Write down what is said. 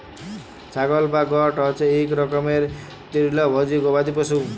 ছাগল বা গট হছে ইক রকমের তিরলভোজী গবাদি পশু